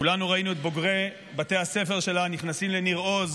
כולנו ראינו את בוגרי בתי הספר שלה נכנסים לניר עוז,